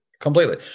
completely